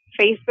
Facebook